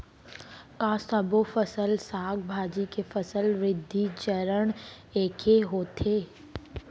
का सबो फसल, साग भाजी के फसल वृद्धि चरण ऐके होथे?